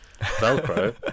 Velcro